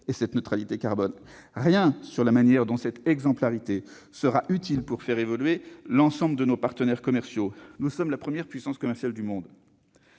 et la neutralité carbone. On ne trouve rien sur la manière dont cette exemplarité sera utile pour faire évoluer l'ensemble de nos partenaires commerciaux. Nous sommes la première puissance commerciale du monde.